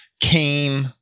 came